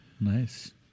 nice